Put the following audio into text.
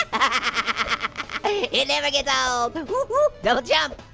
i mean it never gets old. ooh, don't jump.